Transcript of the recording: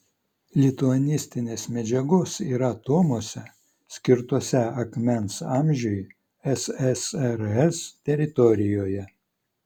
lituanistinės medžiagos yra tomuose skirtuose akmens amžiui ssrs teritorijoje